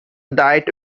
diet